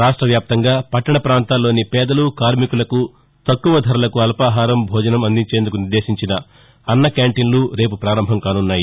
రాష్టవ్యాప్తంగా పట్షణ పాంతాల్లోని పేదలు కార్మికులకు తక్కువ ధరలకు అల్పాహారం భోజనం అందించేందుకు నిర్దేశించిన అన్న క్యాంటీన్లు రేపు పారంభం కానున్నాయి